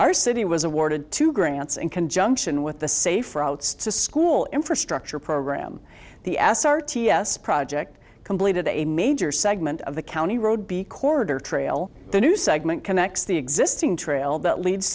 our city was awarded to grants in conjunction with the safe routes to school infrastructure program the ass r t s project completed a major segment of the county road b corridor trail the new segment connects the existing trail that leads